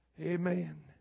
Amen